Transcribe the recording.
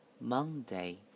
Monday